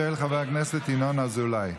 של חבר הכנסת ינון אזולאי.